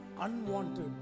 unwanted